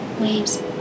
Waves